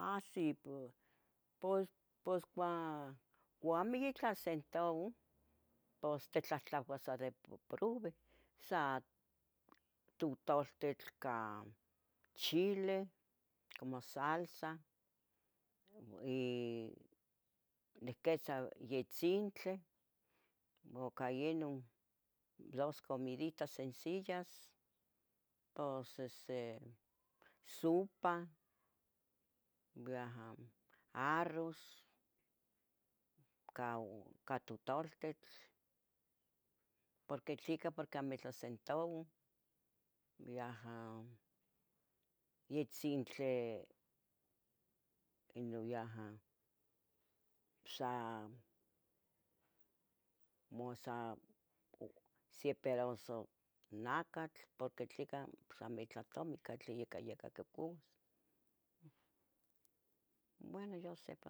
A si po, pos pos cua cuamiquitlah centavuo, pos titlahtlacua sa de pro probe, sa tutoltitl ca chile, como salsa, y nicquitza yetzintli ca ino dos comiditas sencillas, pos este supa, yaha árroz cau ca tutoltitl, porque tleca porque amo itlah centavuo, yaha, yetzintli ino yaha sa, mos sa sie perazo nacatl, porque tleca porque amitlah tomin catliyeh ca quicouas, um bueno, yo se